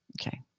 Okay